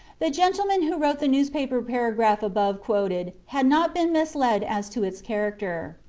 the gentleman who wrote the newspaper paragraph above quoted had not been misled as to its character.